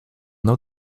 know